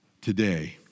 today